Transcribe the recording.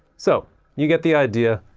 so you get the idea,